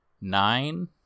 nine